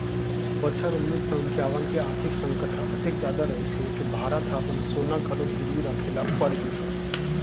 बछर उन्नीस सौ इंकावन के आरथिक संकट ह अतेक जादा रहिस हे के भारत ह अपन सोना घलोक गिरवी राखे ल पड़ गिस